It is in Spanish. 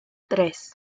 tres